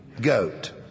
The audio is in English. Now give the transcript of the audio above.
goat